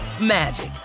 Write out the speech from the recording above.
magic